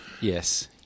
yes